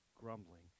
grumbling